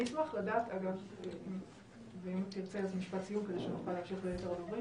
אני אשמח לדעת ואם תרצה משפט סיום כדי שנוכל להמשיך ליתר הדוברים